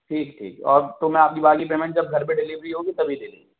ٹھیک ٹھیک اور تو میں آپ کی باقی پیمنٹ جب گھر پہ ڈیلیوری ہوگی تب ہی دیں گے